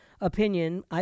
opinion